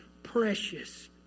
precious